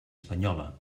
espanyola